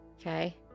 Okay